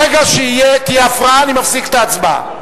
ברגע שתהיה הפרעה, אני מפסיק את ההצבעה.